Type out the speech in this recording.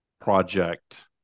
project